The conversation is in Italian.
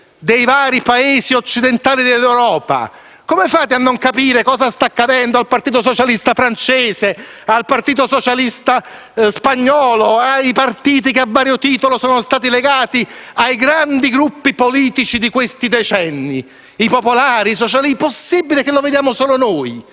dei vari Paesi occidentali dell'Europa? Come fate a non capire cosa sta accadendo al partito socialista francese, a quello spagnolo, ai partiti che a vario tipo sono stati legati ai grandi gruppi politici di questi decenni, come i popolari e i socialisti? È possibile che vediamo solo noi